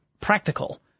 practical